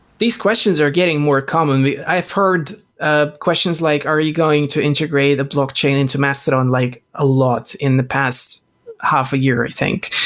these questions are getting more common. i've heard ah questions like are you going to integrate a blockchain into mastodon, like a lot in the past half year i think.